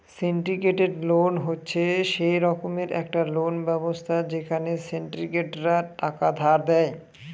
syndicated loan হচ্ছে সে রকমের একটা লোন ব্যবস্থা যেখানে সিন্ডিকেটরা টাকা ধার দেয়